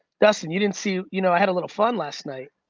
dustin you didn't see, you know i had a little fun last night.